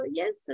yes